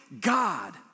God